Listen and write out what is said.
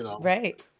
right